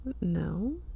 no